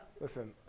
Listen